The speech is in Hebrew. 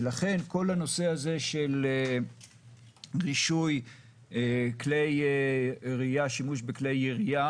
ולכן כל הנושא הזה של רישוי כלי ירייה ושימוש בכלי ירייה